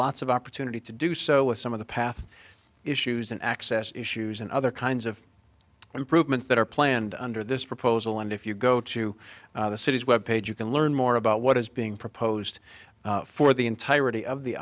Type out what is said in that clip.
lots of opportunity to do so with some of the path issues and access issues and other kinds of improvements that are planned under this proposal and if you go to the city's web page you can learn more about what is being proposed for the entirety of the